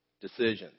decisions